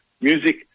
music